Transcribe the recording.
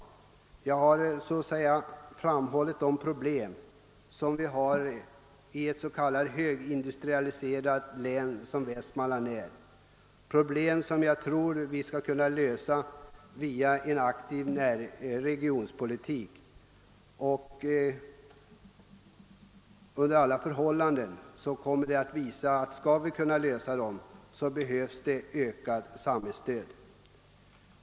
Jag har emellertid framhållit de problem som vi har i ett så högindustrialiserat län som Västmanlands. Dessa problem tror jag att vi skall kunna lösa genom en aktiv regionpolitik och ökat samhällsstöd.